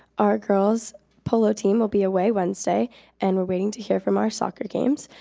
our girls polo team will be away wednesday and we're waiting to hear from our soccer games.